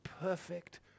perfect